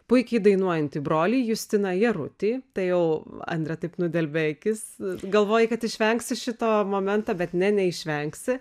puikiai dainuojantį brolį justiną jarutį tai jau andrė taip nudelbė akis galvojai kad išvengsi šito momento bet ne neišvengsi